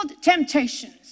temptations